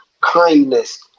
kindness